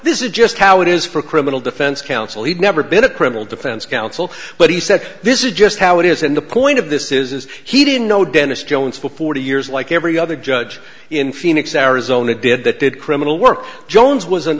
this is just how it is for criminal defense counsel he'd never been a criminal defense counsel but he said this is just how it is and the point of this is is he didn't know dennis jones for forty years like every other judge in phoenix arizona did that did criminal work jones was an